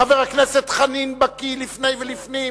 חבר הכנסת חנין בקי לפני ולפנים,